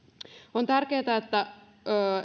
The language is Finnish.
on tärkeätä että